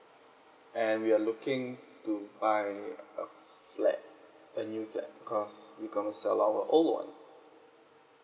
and we are looking to buy a flat a new flat because we're gonna sell our old one